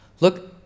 Look